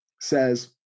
says